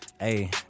hey